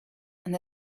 and